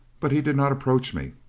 but he did not approach me.